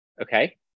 Okay